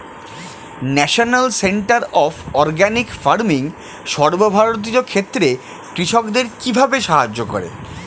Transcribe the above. National centre of organic farming সর্বভারতীয় ক্ষেত্রে কৃষকদের কিভাবে সাহায্য করে?